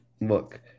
Look